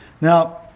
Now